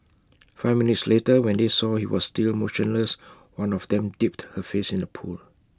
five minutes later when they saw he was still motionless one of them dipped her face in the pool